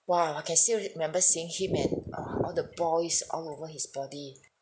!wow! I can still remember seeing him and ugh all the boils all over his body